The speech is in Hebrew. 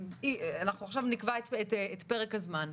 אנחנו עכשיו נקבע את פרק הזמן,